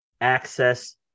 access